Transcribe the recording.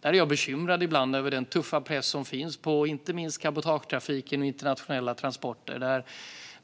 Därför bekymrar jag mig ibland över den tuffa press som finns på inte minst cabotagetrafik och internationella transporter.